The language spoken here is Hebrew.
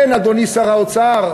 כן, אדוני שר האוצר,